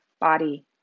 body